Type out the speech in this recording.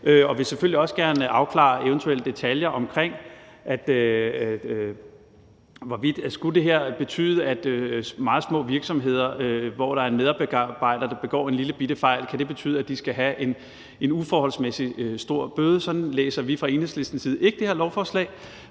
og vil selvfølgelig også gerne afklare eventuelle detaljer om, hvorvidt det her skulle betyde, at meget små virksomheder, hvor en medarbejder begår en lillebitte fejl, skal have en uforholdsmæssig stor bøde. Sådan læser vi fra Enhedslistens side ikke det her lovforslag,